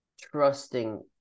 trusting